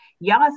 y'all